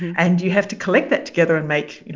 and you have to collect that together and make, you